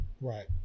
Right